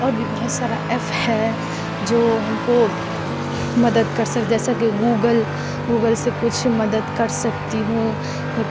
اور بھی بہت سارا ایف ہے جو ہم کو مدد کر سک جیسا کہ گوگل گوگل سے کچھ مدد کر سکتی ہوں